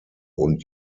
und